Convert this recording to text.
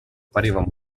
pareva